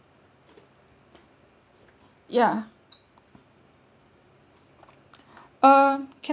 ya um can I